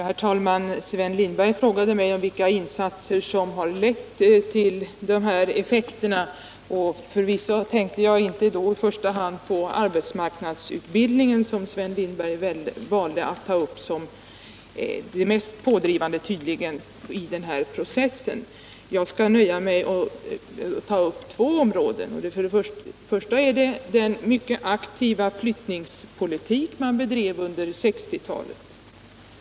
Herr talman! Sven Lindberg frågade mig vilka insatser som lett till de här effekterna. Förvisso tänkte jag inte i första hand på arbetsmarknadsutbildningen, som Sven Lindberg valde att ta upp som det som tydligen var mest pådrivande i den här processen. Jag skall nöja mig med att ta upp två områden. Jag tänker då först och främst på den mycket aktiva flyttningspolitik som man bedrev under 1960-talet.